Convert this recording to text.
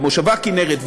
במושבה כינרת,